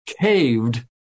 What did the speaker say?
caved